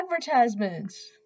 advertisements